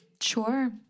Sure